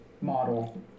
model